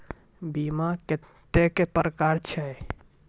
बीमा कत्तेक प्रकारक छै?